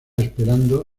esperando